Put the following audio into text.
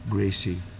Gracie